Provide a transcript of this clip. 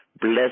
bless